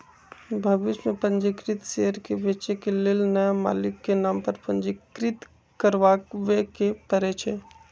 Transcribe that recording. भविष में पंजीकृत शेयर के बेचे के लेल नया मालिक के नाम पर पंजीकृत करबाबेके परै छै